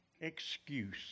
excuse